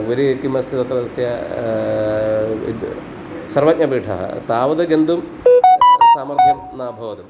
उपरि किम् अस्ति तत्र तस्य सर्वज्ञपीठः तावद् गन्तुं सामर्थ्यं न अभवत्